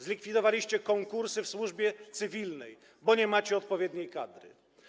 Zlikwidowaliście konkursy w służbie cywilnej, bo nie macie odpowiedniej kadry.